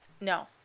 No